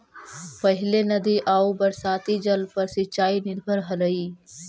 पहिले नदी आउ बरसाती जल पर सिंचाई निर्भर हलई